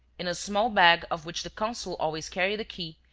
in a small bag of which the consul always carried the key,